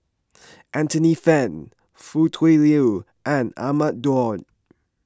Anthony then Foo Tui Liew and Ahmad Daud